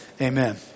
Amen